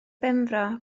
benfro